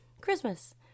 Christmas